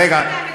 רגע.